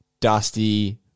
Dusty